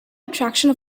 attraction